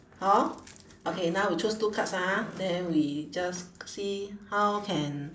hor okay now we choose two cards ah then we just see how can